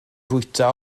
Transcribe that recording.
fwyta